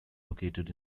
located